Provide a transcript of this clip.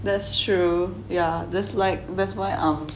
that's true yeah this like that's why I'm